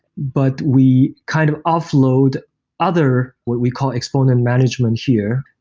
but we kind of offload other, what we call exponent management here,